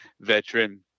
veteran